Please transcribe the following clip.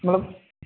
നമ്മള്